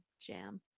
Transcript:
jam